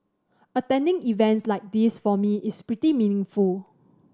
attending events like this for me is pretty meaningful